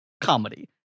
comedy